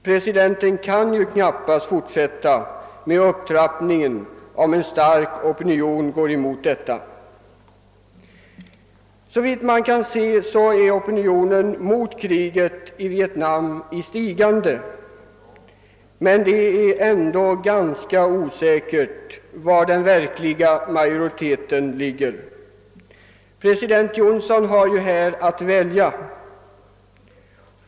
Presidenten kan ju knappast fortsätta med upptrappningen om en stark opinion går emot detta. Såvitt man kan se blir opinionen mot kriget i Vietnam allt starkare. Men det är ganska osäkert var den verkliga majoriteten ligger. President Johnson har här att välja.